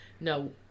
no